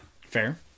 Fair